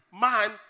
man